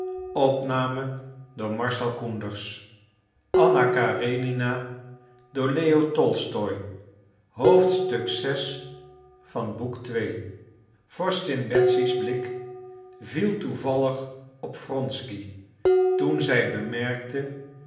vorstin betsy's blik viel toevallig op wronsky toen zij bemerkte